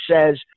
says